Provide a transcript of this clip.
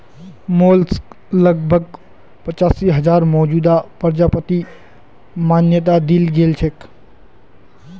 mollusc लगभग पचासी हजार मौजूदा प्रजातिक मान्यता दील गेल छेक